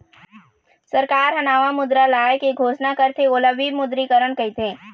सरकार ह नवा मुद्रा लाए के घोसना करथे ओला विमुद्रीकरन कहिथें